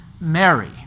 Mary